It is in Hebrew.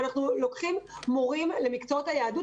אנחנו לוקחים מורים למקצועות היהדות,